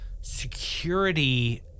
security